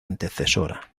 antecesora